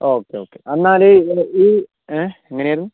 okay okay എന്നാല് ഈ അ എങ്ങനാണ്